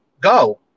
go